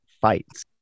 fights